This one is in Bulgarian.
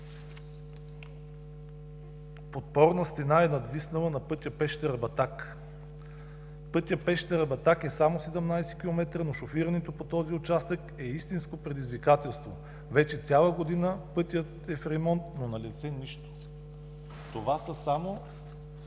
„Подпорна стена е надвиснала на пътя Пещера – Батак“, „Пътят Пещера – Батак е само 17 км, но шофирането по този участък е истинско предизвикателство. Вече цяла година пътят е в ремонт, но налице нищо.“ Това са само